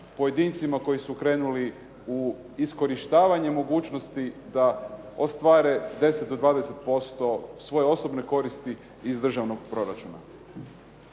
pojedincima koji su krenuli u iskorištavanje mogućnosti da ostvare 10 do 20% svoje osobne koristi iz državnog proračuna.